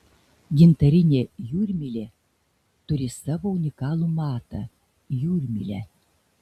gintarinė jūrmylė turi savo unikalų matą jūrmylę